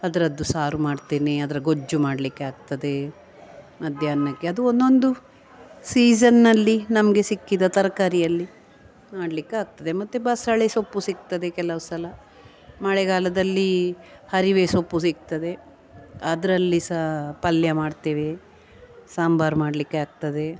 ಅದರದ್ದು ಸಾರು ಮಾಡ್ತೇನೆ ಅದರ ಗೊಜ್ಜು ಮಾಡಲಿಕ್ಕೆ ಆಗ್ತದೆ ಮಧ್ಯಾಹ್ನಕ್ಕೆ ಅದು ಒಂದೊಂದು ಸೀಝನ್ನಲ್ಲಿ ನಮಗೆ ಸಿಕ್ಕಿದ ತರಕಾರಿಯಲ್ಲಿ ಮಾಡ್ಲಿಕ್ಕೆ ಆಗ್ತದೆ ಮತ್ತು ಬಸಳೆ ಸೊಪ್ಪು ಸಿಗ್ತದೆ ಕೆಲವು ಸಲ ಮಳೆಗಾಲದಲ್ಲಿ ಹರಿವೆ ಸೊಪ್ಪು ಸಿಗ್ತದೆ ಅದರಲ್ಲಿ ಸಹ ಪಲ್ಯ ಮಾಡ್ತೇವೆ ಸಾಂಬಾರು ಮಾಡಲಿಕ್ಕೆ ಆಗ್ತದೆ